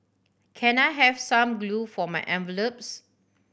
can I have some glue for my envelopes